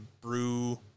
brew